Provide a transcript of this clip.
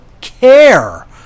care